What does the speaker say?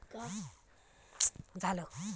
सामान्य सिंचना परिस ठिबक सिंचनाक प्राधान्य दिलो जाता